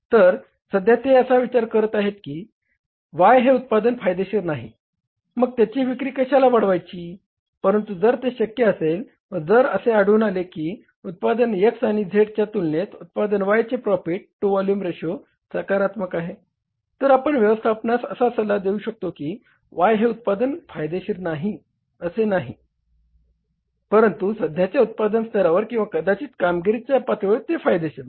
तर सध्या ते असा विचार करत आहेत की Y हे उत्पादन फायदेशीर नाही मग त्याची विक्री कशाला वाढवायची परंतु जर ते शक्य असेल व जर असे आढळून आले की उत्पादन X आणि Z च्या तुलनेत उत्पादन Y चे प्रॉफिट टु व्हॉल्युम रेशो सकारात्मक आहे तर आपण व्यवस्थापनास असा सल्ला देऊ शकतो की Y हे उत्पादन फायदेशीर नाही असे नाही परंतु सध्याच्या उत्पादन स्तरावर किंवा कदाचित कामगिरीच्या पातळीवर ते फायदेशीर नाही